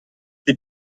sie